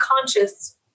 conscious